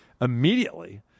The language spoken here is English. immediately